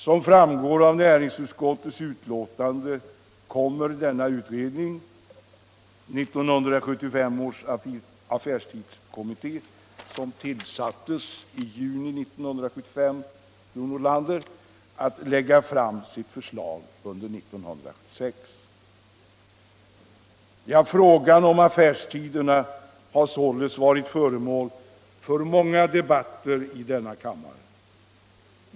Som framgår av näringsutskottets betänkande kommer också den utredningen — 1975 års affärstidskommitté, tillsatt i juni 1975 — att lägga fram sitt förslag under 1976. Frågan om affärstiderna har alltså varit föremål för många debatter i denna kammare.